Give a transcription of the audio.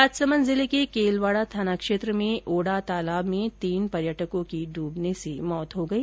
राजसमन्द जिले के केलवाडा थाना क्षेत्र में ओडा तालाब में तीन पर्यटकों की डुबने से मौत हो गई